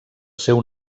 seu